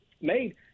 made